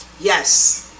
yes